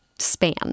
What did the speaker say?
span